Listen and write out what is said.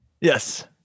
Yes